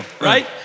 right